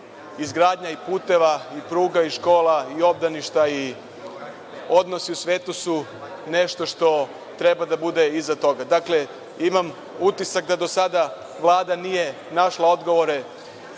a izgradnja i puteva i pruga i škola, obdaništa i odnosi u svetu su nešto što treba da bude iza toga. Dakle, imam utisak da do sada Vlada nije našla odgovore